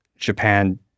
Japan